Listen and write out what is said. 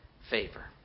favor